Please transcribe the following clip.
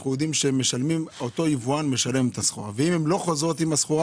אנחנו יודעים שאותו יבוא משלם על כך ואם הן לא חוזרות עם הסחורה